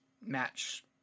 match